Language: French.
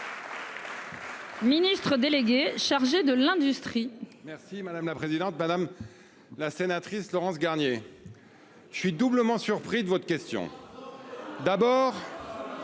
Ministre délégué chargé de l'industrie. Merci madame la présidente, madame. La sénatrice Laurence Garnier. Je suis doublement surpris de votre question. D'abord